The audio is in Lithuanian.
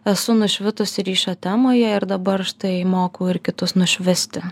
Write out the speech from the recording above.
esu nušvitusi ryšio temoje ir dabar štai mokau ir kitus nušvisti